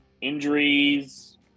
injuries